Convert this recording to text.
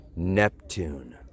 Neptune